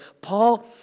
Paul